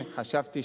חשבתי